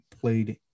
played